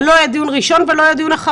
זה לא יהיה דיון ראשון ולא אחרון.